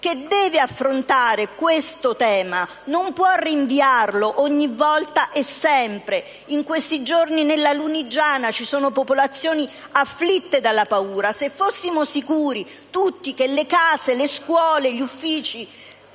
che deve affrontare questo tema; non può rinviarlo ogni volta e sempre. In questi giorni nella Lunigiana ci sono popolazioni afflitte dalla paura. Se fossimo sicuri che le scuole, le case, gli uffici